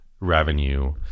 revenue